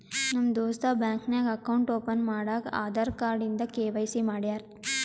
ನಮ್ ದೋಸ್ತ ಬ್ಯಾಂಕ್ ನಾಗ್ ಅಕೌಂಟ್ ಓಪನ್ ಮಾಡಾಗ್ ಆಧಾರ್ ಕಾರ್ಡ್ ಇಂದ ಕೆ.ವೈ.ಸಿ ಮಾಡ್ಯಾರ್